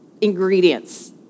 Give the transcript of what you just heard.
ingredients